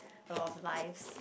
a lot of lives